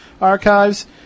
archives